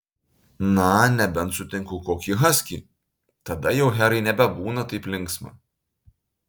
na nebent sutinku kokį haskį tada jau herai nebebūna taip linksma